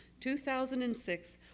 2006